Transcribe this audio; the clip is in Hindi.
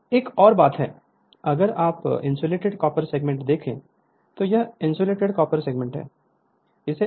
Refer Slide Time 2120 एक और बात यहाँ है अगर आप इंसुलेटेड कॉपर सेगमेंट देखें तो यह सब इंसुलेटेड कॉपर सेगमेंट है